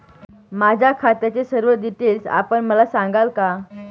माझ्या खात्याचे सर्व डिटेल्स आपण मला सांगाल का?